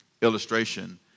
illustration